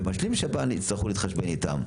ומשלים שב"ן יצטרכו להתחשבן איתם.